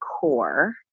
Core